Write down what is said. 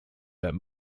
that